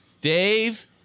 Dave